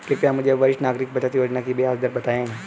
कृपया मुझे वरिष्ठ नागरिक बचत योजना की ब्याज दर बताएं